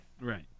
Right